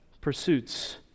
pursuits